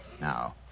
Now